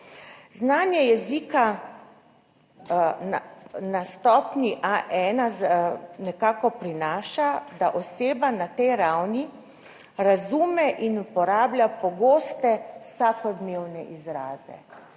Znanje jezika na stopnji A1 nekako prinaša, da oseba na tej ravni razume in uporablja pogoste vsakodnevne izraze.